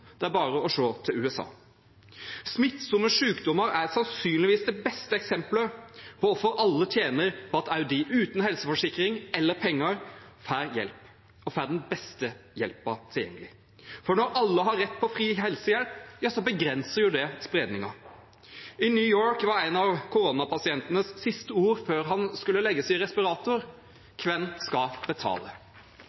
Det er bare å se til USA. Smittsomme sykdommer er sannsynligvis det beste eksemplet på hvorfor alle tjener på at også de uten helseforsikring eller penger får hjelp, og får den beste hjelpen tilgjengelig, for når alle har rett på fri helsehjelp, begrenser det spredningen. I New York var en koronapasients siste ord før han skulle legges i respirator: